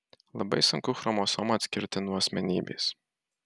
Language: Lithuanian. labai sunku chromosomą atskirti nuo asmenybės